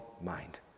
mind